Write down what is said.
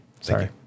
Sorry